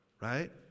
right